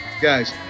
Guys